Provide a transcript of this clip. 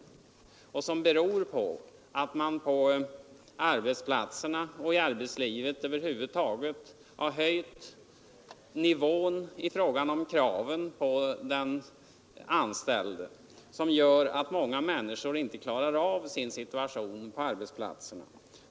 Den beror på att man på arbetsplatserna, och i arbetslivet över huvud taget, har höjt kraven på de anställda, så att många människor inte klarar av sin situation på arbetsplatsen.